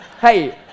Hey